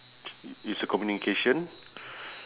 is a communication